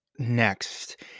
Next